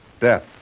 death